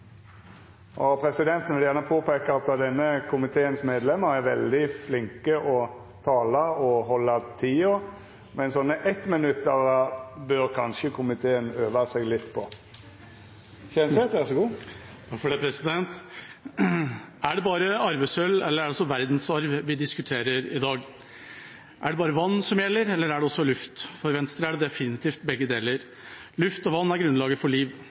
over. Presidenten vil gjerne påpeika at komiteen sine medlemer er veldig flinke til å tala og halda tida, men 1-minuttsinnlegg bør komiteen kanskje øva seg litt på. Er det bare arvesølv – eller er det også verdensarv – vi diskuterer i dag? Er det bare vann som gjelder, eller er det også luft? For Venstre er det definitivt begge deler. Luft og vann er grunnlaget for liv.